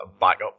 backup